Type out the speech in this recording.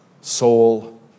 soul